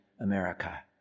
America